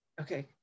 okay